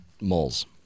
moles